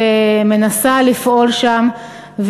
מנסה לפעול שם,